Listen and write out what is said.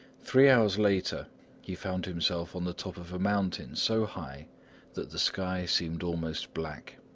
three hours later he found himself on the top of a mountain so high that the sky seemed almost black.